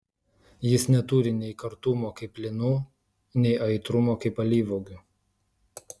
jis neturi nei kartumo kaip linų nei aitrumo kaip alyvuogių